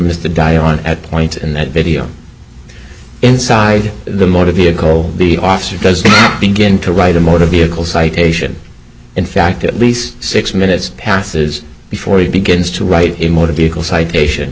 the point in that video inside the motor vehicle b officer does begin to write a motor vehicle citation in fact at least six minutes passes before he begins to write a motor vehicle citation